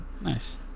Nice